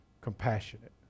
Compassionate